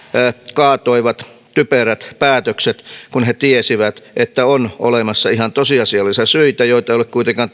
kaatoivat typerät päätökset kun he tiesivät että on olemassa ihan tosiasiallisia syitä joita ei kuitenkaan